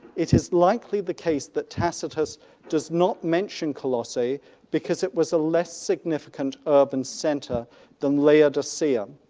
it is likely the case that tacitus does not mention colossae because it was a less significant urban center then laodicea.